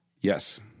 Yes